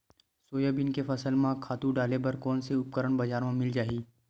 Soybean के फसल म खातु डाले बर कोन से उपकरण बजार म मिल जाहि?